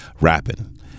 rapping